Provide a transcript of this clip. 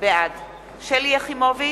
בעד שלי יחימוביץ,